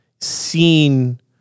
seen